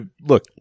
Look